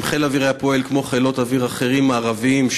אם חיל האוויר היה פועל כמו חילות אוויר מערביים אחרים,